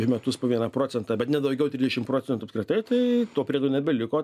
už metus po vieną procentą bet ne daugiau trisdešim procentų apskritai tai to priedo nebeliko